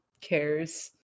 cares